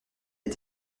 est